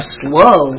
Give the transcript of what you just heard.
slow